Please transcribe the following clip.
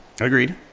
Agreed